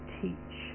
teach